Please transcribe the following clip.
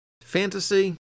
Fantasy